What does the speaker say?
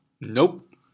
Nope